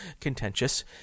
contentious